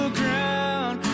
ground